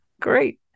great